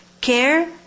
care